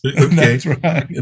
okay